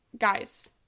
Guys